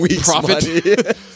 profit